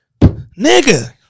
Nigga